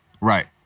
Right